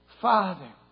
Father